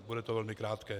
Bude to velmi krátké.